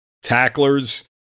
tacklers